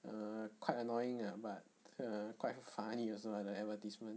err quite annoying ah but uh quite funny also lah the advertisement